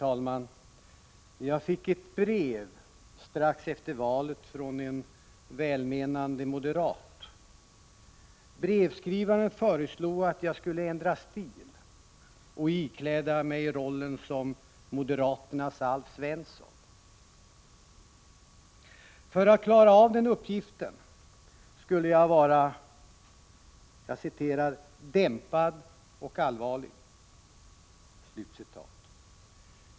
Herr talman! Jag fick strax efter valet ett brev från en välmenande moderat. Brevskrivaren föreslog att jag skulle ändra stil och ikläda mig rollen m ”moderaternas Alf Svensson”. För att klara av den uppgiften skulle jag vara ”dämpad och allvarlig”.